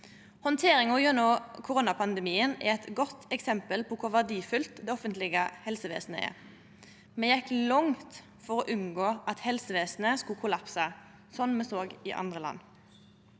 Handteringa gjennom koronapandemien er eit godt eksempel på kor verdifullt det offentlege helsevesenet er. Me gjekk langt for å unngå at helsevesenet skulle kollapse, sånn me såg i andre land.